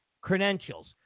credentials